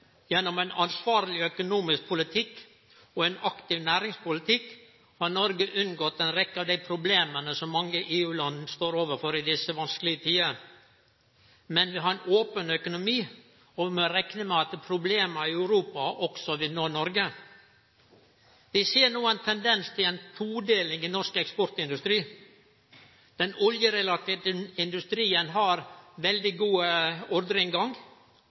Gjennom ein ansvarleg økonomisk politikk og ein aktiv næringspolitikk har Noreg unngått ei rekkje av dei problema som mange EU-land står overfor i desse vanskelige tidene. Men vi har ein open økonomi, og vi reknar med at problema i Europa òg vil nå Noreg. Vi ser no ein tendens til ei todeling i norsk eksportindustri. Den oljerelaterte industrien har veldig god ordreinngang.